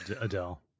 Adele